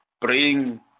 bring